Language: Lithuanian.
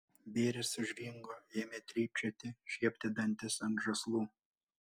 bėris sužvingo ėmė trypčioti šiepti dantis ant žąslų